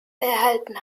erhalten